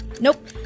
Nope